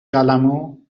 قلممو